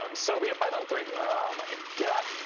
um so we have python three. oh my god.